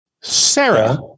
Sarah